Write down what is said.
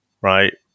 right